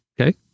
Okay